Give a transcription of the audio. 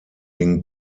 den